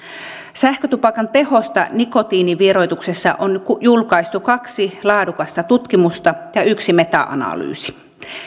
sähkötupakan tehosta nikotiinin vieroituksessa on julkaistu kaksi laadukasta tutkimusta ja yksi meta analyysi